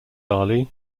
ali